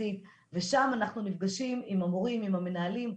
יחסית ושם אנחנו נפגשים עם המורים ועם המנהלים,